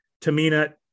Tamina